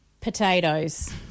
potatoes